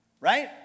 Right